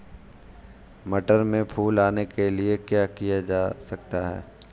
मटर में फूल आने के लिए क्या किया जा सकता है?